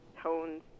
tones